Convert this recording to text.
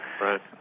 Right